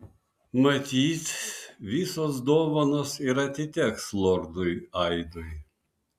matyt visos dovanos ir atiteks lordui aidui